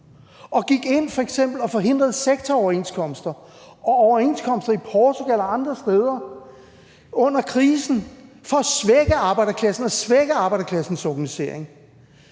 og gik ind og f.eks. forhindrede sektoroverenskomster og overenskomster i Portugal og andre steder under krisen for at svække arbejderklassen og svække arbejderklassens organisering?